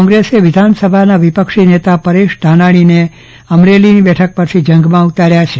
કોગ્રેસ વિધઘાન સભાના વિપક્ષી નેતા પરેશ ધાનાણીને અમરેલીની બેઠક પરથી જંગમાં ઉતાર્યા છે